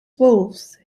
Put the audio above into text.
wolfe